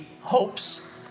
hopes